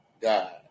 God